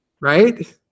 right